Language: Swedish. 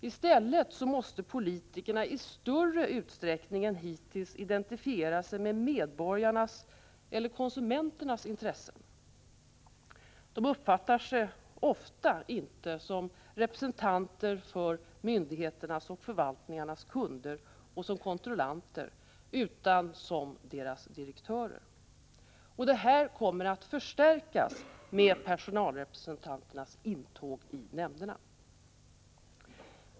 I stället måste politikerna i större utsträckning än hittills identifiera sig med medborgarnas eller konsumenternas intressen. Politikerna uppfattar sig ofta inte som representanter för myndigheternas och förvaltningarnas kunder och som kontrollanter utan som deras direktörer. Detta kommer att förstärkas med personalrepresentanternas intåg i nämnderna.